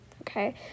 okay